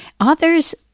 authors